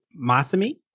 Masami